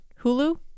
hulu